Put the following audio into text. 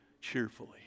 cheerfully